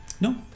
No